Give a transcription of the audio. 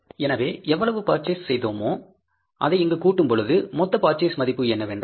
எனவே எவ்வளவு பர்சேஸ் செய்தோமோ அதை இங்கு கூட்டும் பொழுது மொத்த பர்சேஸ் மதிப்பு என்னவென்றால்